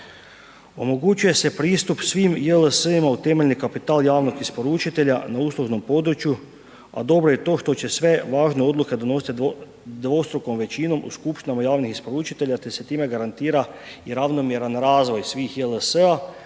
Omogućuje se pristup svim JLS-ima u temeljni kapital javnog isporučitelja na uslužnom području a dobro je i to što će sve važne odluke donositi dvostrukom većinom u skupštinama javnih isporučitelja te se time garantira i ravnomjeran razvoj svih JLS-a